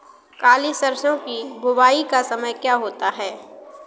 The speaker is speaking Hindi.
काली सरसो की बुवाई का समय क्या होता है?